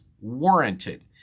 warranted